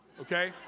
okay